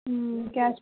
cash